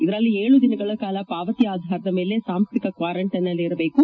ಇದರಲ್ಲಿ ಏಳು ದಿನಗಳ ಕಾಲ ಪಾವತಿ ಆಧಾರದ ಮೇಲೆ ಸಾಂಶ್ವಿಕ ಕ್ವಾರಂಟೈನ್ನಲ್ಲಿ ಇರಬೇಕು